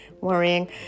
worrying